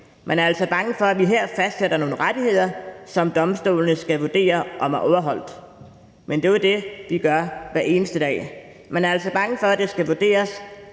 Man er altså bange for, at man her fastsætter nogle rettigheder, som domstolene skal vurdere om er overholdt. Men det er jo det, de gør hver eneste dag. Man er altså bange for, at det skal vurderes